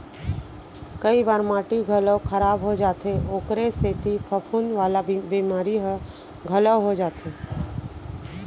कई बार माटी घलौ खराब हो जाथे ओकरे सेती फफूंद वाला बेमारी ह घलौ हो जाथे